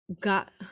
got